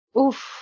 oof